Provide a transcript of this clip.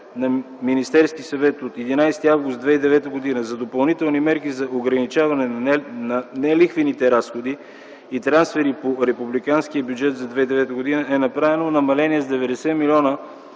на Министерския съвет от 11 август 2009 г. за допълнителни мерки за ограничаване на нелихвените разходи и трансрепубликанския бюджет за 2009 г. е направено намаление с 90 млн.